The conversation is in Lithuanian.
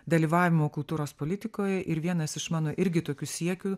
dalyvavimo kultūros politikoj ir vienas iš mano irgi tokių siekių